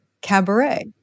cabaret